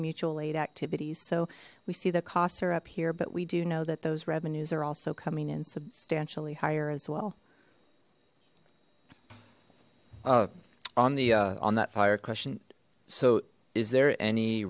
mutual aid activities so we see the costs are up here but we do know that those revenues are also coming and substantially higher as well on the on that fire question so is there any